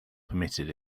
permitted